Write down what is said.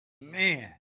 Man